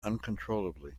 uncontrollably